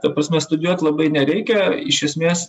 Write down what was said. ta prasme studijuot labai nereikia iš esmės